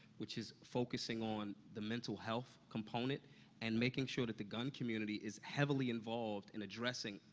which is focusing on the mental-health component and making sure that the gun community is heavily involved in addressing,